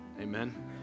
amen